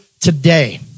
today